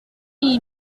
iyo